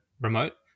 remote